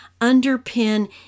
underpin